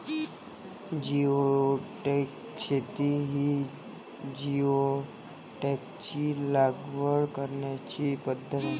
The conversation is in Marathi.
जिओडॅक शेती ही जिओडॅकची लागवड करण्याची पद्धत आहे